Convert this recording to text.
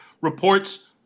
reports